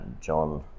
john